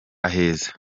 aheza